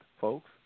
folks